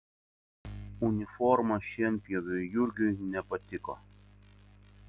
uniforma šienpjoviui jurgiui nepatiko